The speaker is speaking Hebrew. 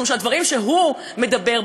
משום שבדברים שהוא מדבר,